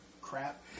crap